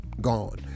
gone